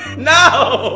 no!